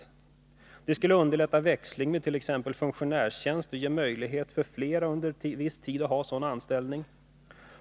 Detta skulle underlätta växling vid t.ex. en funktionärstjänst och ge möjlighet för flera att under viss tid ha sådan anställning.